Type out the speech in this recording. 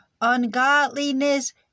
ungodliness